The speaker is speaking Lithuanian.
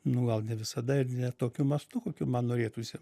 nu gal ne visada ir ne tokiu mastu kokiu man norėtųsi